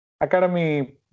Academy